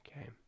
okay